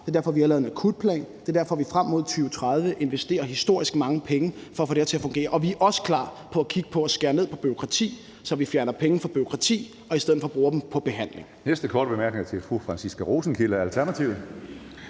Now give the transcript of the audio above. Det er derfor, vi har lavet en akutplan. Det er derfor, vi frem mod 2030 investerer historisk mange penge for at få det her til at fungere. Og vi er også klar til at kigge på at skære ned på bureaukrati, så vi fjerner penge fra bureaukrati og i stedet for bruger dem på behandling.